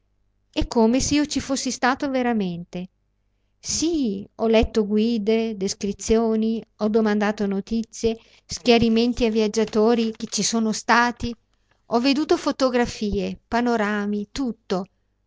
è come se io ci fossi stato veramente sì ho letto guide descrizioni ho domandato notizie schiarimenti a viaggiatori che ci sono stati ho veduto fotografie panorami tutto